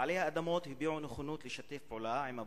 בעלי האדמות הביעו נכונות לשתף פעולה עם הפרויקט,